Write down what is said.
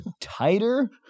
Tighter